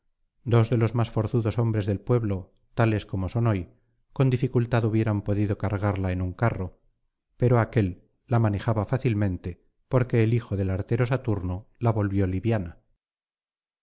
dos de los más forzudos hombres del pueblo tales como son hoy con dificultad hubieran podido cargarla en un carro pero aquél la manejaba fácilmente porque el hijo del artero saturno la volvió liviana